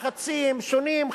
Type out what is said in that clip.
לחצים שונים,